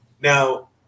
Now